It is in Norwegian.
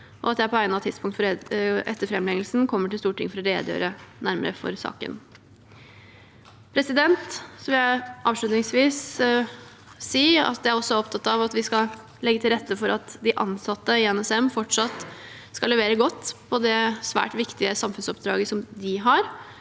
og at jeg på egnet tidspunkt etter framleggelsen kommer til Stortinget for å redegjøre nærmere for saken. Avslutningsvis vil jeg si at jeg også er opptatt av at vi skal legge til rette for at de ansatte i NSM fortsatt skal levere godt på det svært viktige samfunnsoppdraget de har,